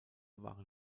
waren